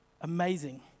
amazing